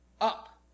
up